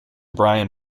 brian